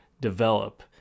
develop